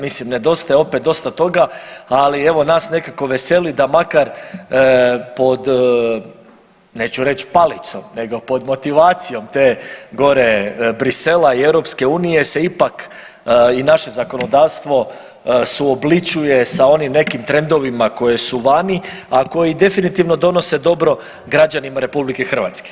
Mislim nedostaje opet dosta toga, ali evo nas nekako veseli da makar pod neću reći palicom, nego pod motivacijom te gore, Bruxellesa i EU se ipak i naše zakonodavstvo suobličuje sa onim nekim trendovima koji su vani, a koji definitivno donose dobro građanima Republike Hrvatske.